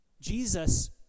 Jesus